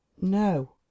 no